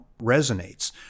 resonates